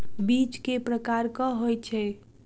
बीज केँ प्रकार कऽ होइ छै?